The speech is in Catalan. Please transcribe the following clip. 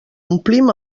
omplim